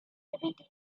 maybe